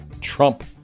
Trump